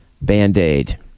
Band-Aid